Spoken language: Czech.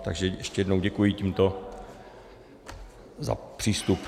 Takže ještě jednou děkuji tímto za přístup.